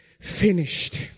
finished